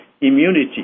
immunity